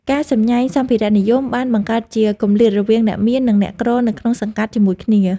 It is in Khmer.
ការសម្ញែងសម្ភារៈនិយមបានបង្កើតជាគម្លាតរវាងអ្នកមាន និងអ្នកក្រនៅក្នុងសង្កាត់ជាមួយគ្នា។